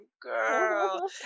girl